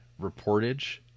reportage